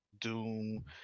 Doom